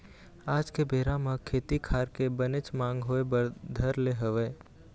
आज के बेरा म खेती खार के बनेच मांग होय बर धर ले हवय